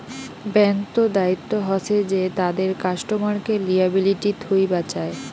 ব্যাঙ্ক্ত দায়িত্ব হসে যে তাদের কাস্টমারকে লিয়াবিলিটি থুই বাঁচায়